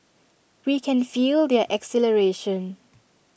we can feel their exhilaration